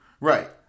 Right